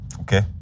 Okay